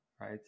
right